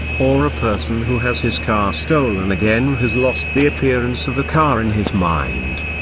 or a person who has his car stolen again has lost the appearance of a car in his mind.